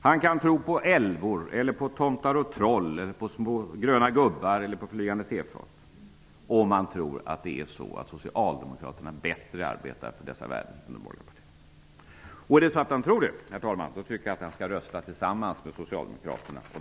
Han kan tro på älvor, tomtar och troll, på små gröna gubbar eller på flygande tefat, om han tror att socialdemokraterna bättre arbetar för dessa värden än de borgerliga partierna. Är det så att han tror det, herr talman, då tycker jag att han skall rösta med Socialdemokraterna och